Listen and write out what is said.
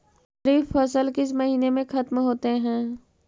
खरिफ फसल किस महीने में ख़त्म होते हैं?